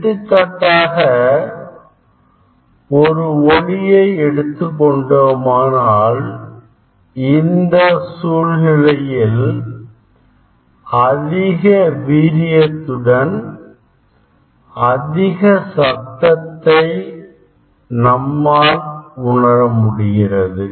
எடுத்துக்காட்டாக ஒரு ஒலியை எடுத்துக் கொண்டோமானால் இந்த சூழ்நிலையில் அதிகமான வீரியத்துடன் அதிக சத்தத்தை நம்மால் உணர முடிகிறது